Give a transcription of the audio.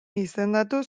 izendatu